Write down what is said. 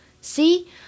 See